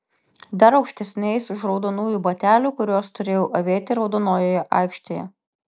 dar aukštesniais už raudonųjų batelių kuriuos turėjau avėti raudonojoje aikštėje